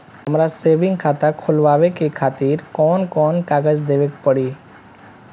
हमार सेविंग खाता खोलवावे खातिर कौन कौन कागज देवे के पड़ी?